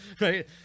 Right